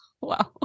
Wow